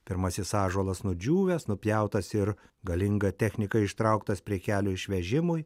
pirmasis ąžuolas nudžiūvęs nupjautas ir galinga technika ištrauktas prie kelio išvežimui